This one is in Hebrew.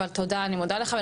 תודה, אני מודה לך.